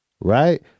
right